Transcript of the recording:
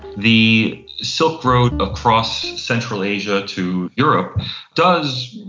the silk road across central asia to europe does,